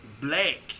black